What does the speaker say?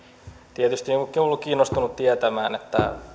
tietysti ollut kiinnostunut tietämään